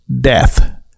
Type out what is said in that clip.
death